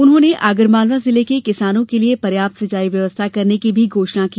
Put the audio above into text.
उन्होंने आगरमालवा जिले के किसानों के लिये पर्याप्त सिंचाई व्यवस्था करने की घोषणा की